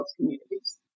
communities